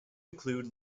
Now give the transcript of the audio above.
include